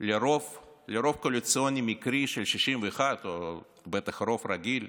לרוב קואליציוני מקרי של 61 או בטח רוב רגיל,